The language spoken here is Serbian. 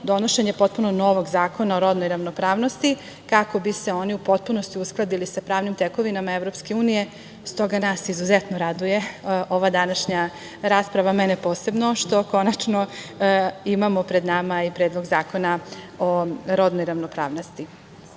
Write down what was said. donošenje potpuno novog Zakona o rodnoj ravnopravnosti kako bi se oni u potpunosti uskladili sa pravnim tekovinama EU. Zbog toga nas izuzetno raduje ova današnja rasprava, mene posebno, što končano imamo pred nama i Predlog zakona o rodnoj ravnopravnosti. To